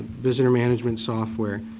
visitor management software.